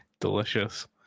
delicious